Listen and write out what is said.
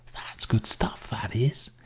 that's good stuff, that is.